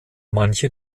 manche